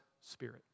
Spirit